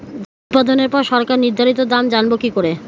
ধান উৎপাদনে পর সরকার নির্ধারিত দাম জানবো কি করে?